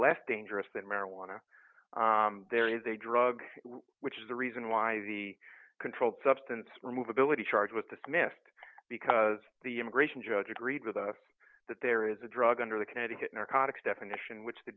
less dangerous than marijuana there is a drug which is the reason why the controlled substance remove ability charge with the smith because the immigration judge agreed with us that there is a drug under the connecticut narcotics definition which the